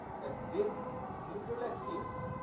that depth, neutral axis,